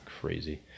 crazy